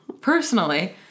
personally